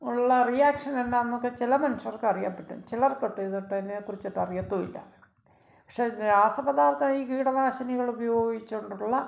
ഉള്ള റിയാക്ഷന് എന്താന്ന് ഒക്കെ ചില മനുഷ്യര്ക്ക് അറിയാന് പറ്റും ചിലര്ക്ക് ഒട്ടും ഇതൊട്ടും ഇതിനെ കുറിച്ചിട്ടറിയത്തും ഇല്ല പക്ഷേ രാസപദാര്ത്ഥം ഈ കീടനാശിനികൾ ഉപയോഗിച്ചിട്ടുള്ള